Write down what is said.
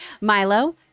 Milo